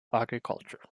agriculture